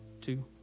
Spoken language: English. two